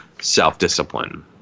self-discipline